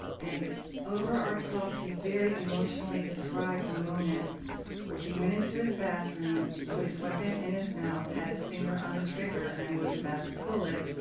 and over our talks, he very emotionally described the moment where he went into his bathroom, put his weapon in his mouth, had his finger on the trigger, and was about to pull it,